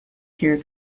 here